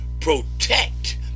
protect